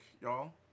y'all